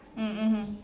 mm mmhmm